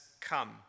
come